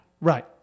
Right